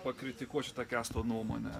pakritikuosiu kęsto nuomonę